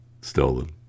stolen